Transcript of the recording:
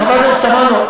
חברת הכנסת תמנו,